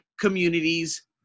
communities